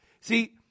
See